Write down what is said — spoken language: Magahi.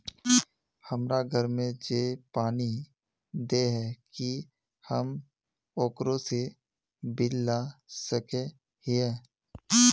हमरा घर में जे पानी दे है की हम ओकरो से बिल ला सके हिये?